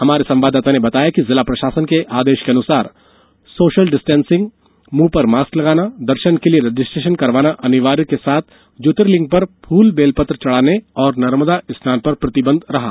हमारे संवाददाता ने बताया है कि जिला प्रशासन के आदेशानुसार सोशल डिस्टेंसिंग मुंह पर मास्क लगाना दर्शन के लिए रजिस्ट्रेशन करवाना अनिवार्य करने के साथ ज्योतिर्लिंग पर फूल बेलपत्र चढ़ाने और नर्मदा स्नान पर प्रतिबंधित रहा